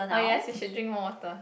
oh yes we should drink more water